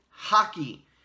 Hockey